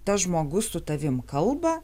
tas žmogus su tavim kalba